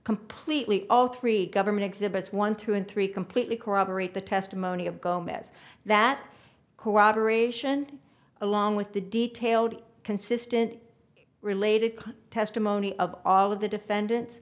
completely all three government exhibits one two and three completely corroborate the testimony of gomez that cooperation along with the detailed consistent related testimony of all of the defendant